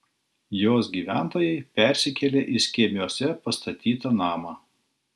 jos gyventojai persikėlė į skėmiuose pastatytą namą